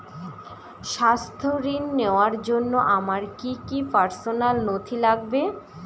স্বাস্থ্য ঋণ নেওয়ার জন্য আমার কি কি পার্সোনাল নথি লাগবে?